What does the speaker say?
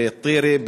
בטירה,